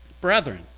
Brethren